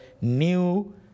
new